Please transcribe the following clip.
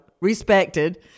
Respected